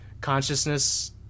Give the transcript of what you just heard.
consciousness